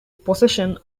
possession